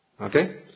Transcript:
okay